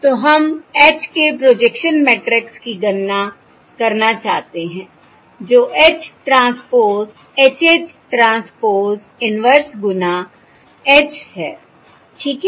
तो हम H के प्रोजेक्शन मैट्रिक्स की गणना करना चाहते हैं जो H transpose H H transpose inverse गुणा H है ठीक है